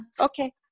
okay